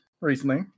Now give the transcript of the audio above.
recently